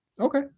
Okay